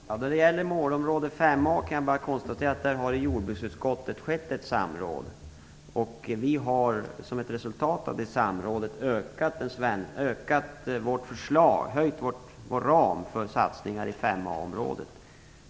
Fru talman! Då det gäller målområde 5a kan jag bara konstatera att det har skett ett samråd i jordbruksutskottet. Vi har som ett resultat av det samrådet höjt vår ram för satsningar i 5a-området.